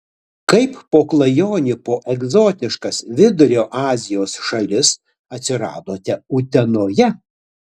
kaip po klajonių po egzotiškas vidurio azijos šalis atsiradote utenoje